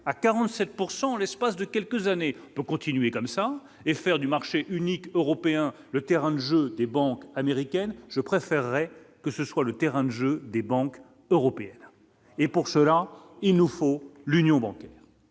en l'espace de quelques années pour continuer comme ça et faire du marché unique européen, le terrain de jeu des banques américaines, je préférerais que ce soit le terrain de jeu des banques européennes, et pour cela il nous faut l'union bancaire,